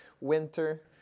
winter